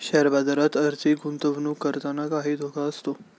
share बाजारात आर्थिक गुंतवणूक करताना काही धोका असतो